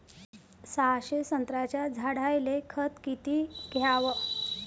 सहाशे संत्र्याच्या झाडायले खत किती घ्याव?